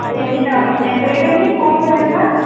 ఇవన్నీ కావాలి ఎంత రేట్ అండి పువ్వులు మీ దగ్గర